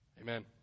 Amen